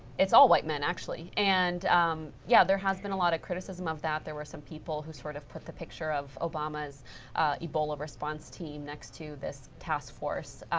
it's all white men, actually. and yeah, there has been a lot of criticism of that. there were some people who sort of put the picture of obama's ebola response team next to this task force.